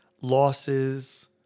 losses